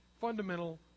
fundamental